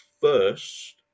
first